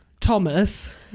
Thomas